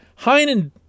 Heinen